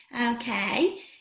Okay